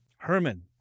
Herman